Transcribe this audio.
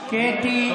קטי,